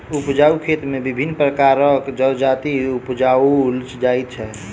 उपजाउ खेत मे विभिन्न प्रकारक जजाति उपजाओल जाइत छै